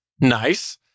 Nice